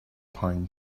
pine